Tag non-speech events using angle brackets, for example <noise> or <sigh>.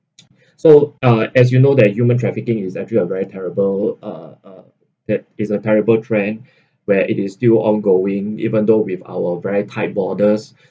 <noise> so uh as you know that human trafficking is actually a very terrible uh uh that is a terrible trend where it is still ongoing even though with our very tight borders